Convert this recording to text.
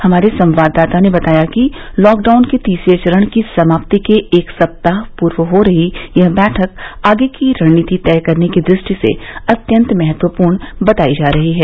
हमारे संवाददाता ने बताया कि लॉकडाउन के तीसरे चरण की समाप्ति के एक सप्ताह पूर्व हो रही यह बैठक आगे की रणनीति तय करने की दृष्टि से अत्यंत महत्वपूर्ण बताई जा रही है